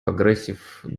aggressive